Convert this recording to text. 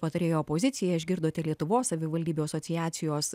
patarėjo poziciją išgirdote lietuvos savivaldybių asociacijos